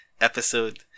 episode